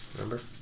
Remember